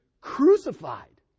crucified